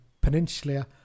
peninsula